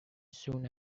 soon